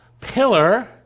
Pillar